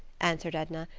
answered edna,